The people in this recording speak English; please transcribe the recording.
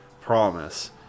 Promise